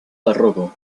barroco